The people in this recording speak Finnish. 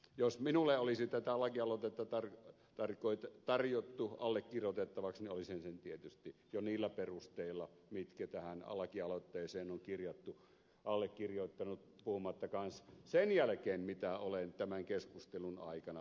jos minulle olisi tätä lakialoitetta tarjottu allekirjoitettavaksi niin olisin sen tietysti jo niillä perusteilla mitkä tähän lakialoitteeseen on kirjattu allekirjoittanut puhumattakaan sen jälkeen mitä olen tämän keskustelun aikana täällä kuullut